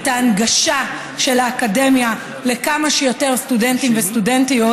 את ההנגשה של האקדמיה לכמה שיותר סטודנטים וסטודנטיות,